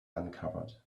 uncovered